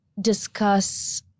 discuss